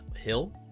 hill